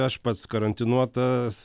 aš pats karantinuotas